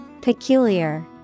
Peculiar